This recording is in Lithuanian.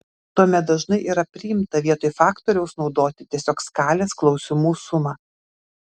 tuomet dažnai yra priimta vietoj faktoriaus naudoti tiesiog skalės klausimų sumą